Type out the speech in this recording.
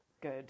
Good